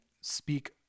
speak